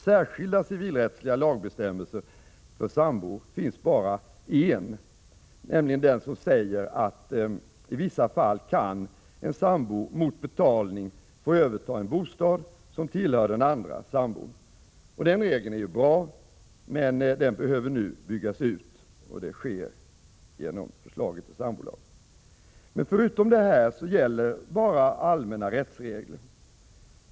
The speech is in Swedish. Särskilda civilrättsliga lagbestämmelser för sambor finns bara en, nämligen den som säger att en sambo i vissa fall mot betalning kan få överta en bostad som tillhör den andra sambon. Den regeln är bra, men den behöver nu byggas ut, och det sker genom förslaget till sambolag. Men förutom detta gäller bara allmänna rättsregler.